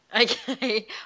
Okay